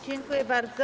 Dziękuję bardzo.